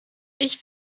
ich